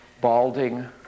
balding